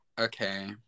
Okay